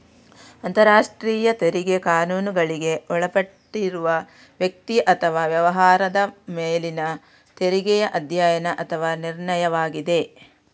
ಅಂತರರಾಷ್ಟ್ರೀಯ ತೆರಿಗೆ ಕಾನೂನುಗಳಿಗೆ ಒಳಪಟ್ಟಿರುವ ವ್ಯಕ್ತಿ ಅಥವಾ ವ್ಯವಹಾರದ ಮೇಲಿನ ತೆರಿಗೆಯ ಅಧ್ಯಯನ ಅಥವಾ ನಿರ್ಣಯವಾಗಿದೆ